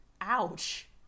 ouch